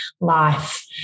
life